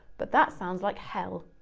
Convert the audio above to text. but that sounds like hell.